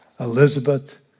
Elizabeth